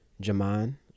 Jaman